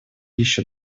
еще